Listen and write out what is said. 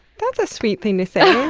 that's a sweet thing to say.